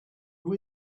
who